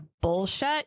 bullshit